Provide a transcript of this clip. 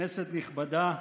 כנסת נכבדה,